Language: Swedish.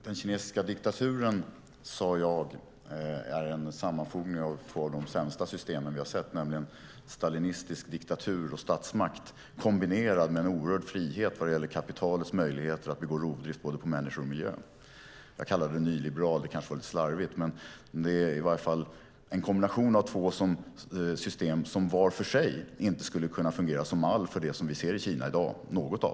Fru talman! Jag sade att den kinesiska diktaturen är en sammanfogning av två av de sämsta systemen vi har sett, nämligen stalinistisk diktatur och statsmakt kombinerat med en oerhörd frihet vad gäller kapitalets möjligheter att begå rovdrift på både människor och miljö. Att jag kallade det nyliberalt var kanske lite slarvigt, men det är i varje fall en kombination av två system som var för sig inte skulle kunna fungera som mall för det Kina vi ser i dag.